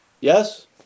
yes